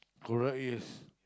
correct yes